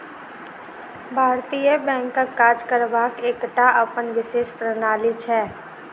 भारतीय बैंकक काज करबाक एकटा अपन विशेष प्रणाली छै